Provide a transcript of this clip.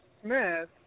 smith